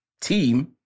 team